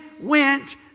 went